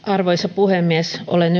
arvoisa puhemies olen